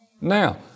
now